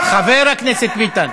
חבר הכנסת ביטן.